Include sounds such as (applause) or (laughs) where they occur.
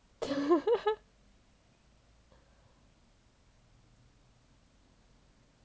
(laughs)